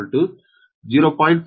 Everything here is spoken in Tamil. Ib 0